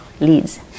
leads